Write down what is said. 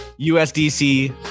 USDC